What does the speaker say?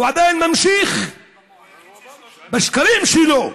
הוא עדיין ממשיך בשקרים שלו.